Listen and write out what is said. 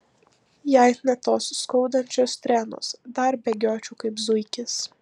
jei ne tos skaudančios strėnos dar bėgiočiau kaip zuikis